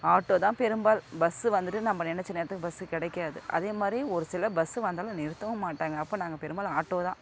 auto தான் பெரும்பாலும் bus வந்துவிட்டு நம்ம நினைச்ச நேரத்துக்கு பஸ்ஸு கிடைக்காது அதே மாதிரி ஒரு சில பஸ்ஸு வந்தாலும் நிறுத்தவும் மாட்டாங்க அப்போ நாங்கள் பெரும்பாலும் ஆட்டோ தான்